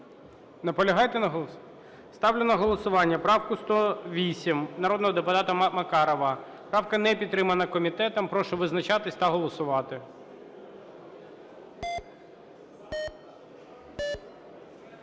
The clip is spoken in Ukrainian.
Наполягаєте на голосуванні? Ставлю на голосування правку 108 народного депутата Макарова. Правка не підтримана комітетом. Прошу визначатись та голосувати.